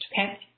Okay